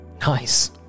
Nice